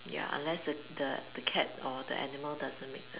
ya unless the the the cat or the animal doesn't make